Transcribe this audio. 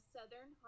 Southern